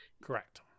Correct